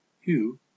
Hugh